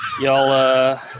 Y'all